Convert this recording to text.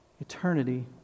eternity